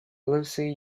livesey